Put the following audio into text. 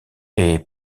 est